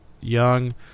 young